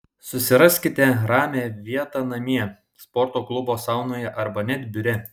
susiraskite ramią vietą namie sporto klubo saunoje arba net biure